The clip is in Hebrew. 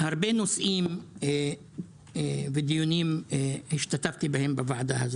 הרבה נושאים ודיונים השתתפתי בוועדה.